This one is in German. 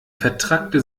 vetrackte